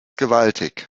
gewaltig